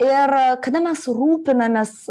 ir kada mes rūpinamės